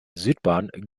südbahn